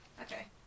Okay